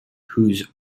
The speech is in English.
whose